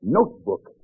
Notebook